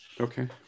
okay